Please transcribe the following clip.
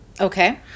Okay